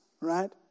Right